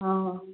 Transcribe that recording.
हँ